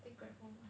take Grab home lah